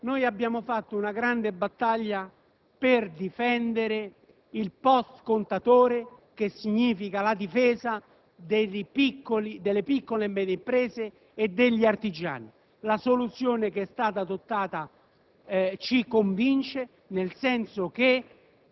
Presidente, mi avvio alla conclusione, abbiamo fatto una grande battaglia per difendere il post contatore, che comporta la difesa delle piccole e medie imprese e degli artigiani. La soluzione che è stata adottata